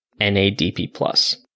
NADP+